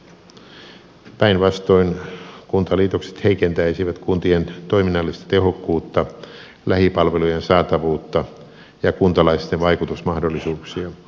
päinvastoin kuntaliitokset heikentäisivät kuntien toiminnallista tehokkuutta lähipalvelujen saatavuutta ja kuntalaisten vaikutusmahdollisuuksia